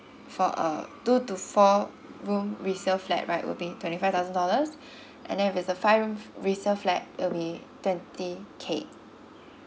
for a two to four room resale flat right will be twenty five thousand dollars and then if it's a five room resale flat it'll be twenty K